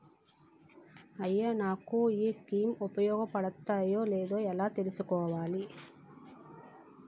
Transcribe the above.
అయ్యా నాకు ఈ స్కీమ్స్ ఉపయోగ పడతయో లేదో ఎలా తులుసుకోవాలి?